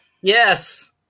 Yes